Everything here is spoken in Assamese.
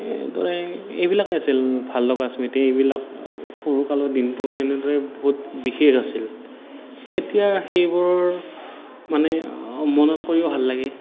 এইদৰে এইবিলাকেই আছিল ভাল লগা স্মৃতি এইবিলাক সৰুকালৰ দিনবোৰ এনেদৰে বহুত বিশেষ আছিল এতিয়া সেইবোৰ মানে মনত কৰিও ভাল লাগে